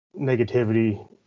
negativity